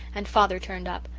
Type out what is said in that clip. and father turned up.